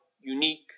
unique